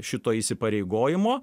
šito įsipareigojimo